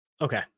Okay